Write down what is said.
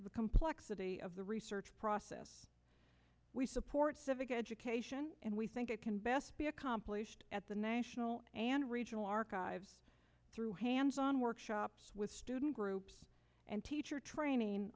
the complexity of the research process we support civic education and we think it can best be accomplished at the national and regional archives through hands on workshops with student groups and teacher training